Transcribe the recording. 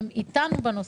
הם איתנו בנושא.